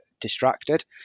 distracted